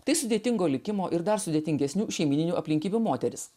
tai sudėtingo likimo ir dar sudėtingesnių šeimyninių aplinkybių moteris